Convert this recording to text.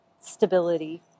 stability